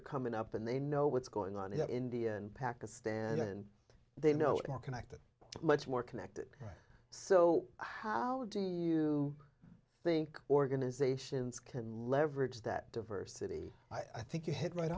are coming up and they know what's going on here in india and pakistan and they know more connected much more connected so how do you think organizations can leverage that diversity i think you hit right